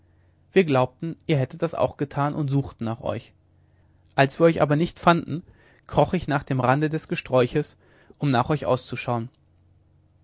wir glaubten ihr hättet das auch getan und suchten nach euch als wir euch aber nicht fanden kroch ich nach dem rande des gesträuches um nach euch auszuschauen